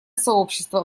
сообщество